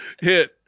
hit